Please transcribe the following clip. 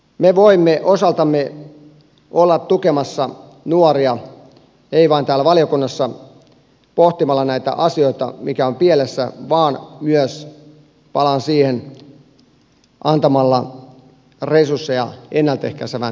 me voimme osaltamme olla tukemassa nuoria emme vain täällä valiokunnassa pohtimalla näitä asioita mitkä ovat pielessä vaan myös palaan siihen antamalla resursseja ennalta ehkäisevän työn toteuttamiseen